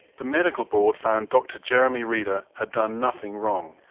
the medical board found dr jeremy reader had done nothing wrong.